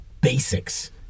basics